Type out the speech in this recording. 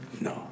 No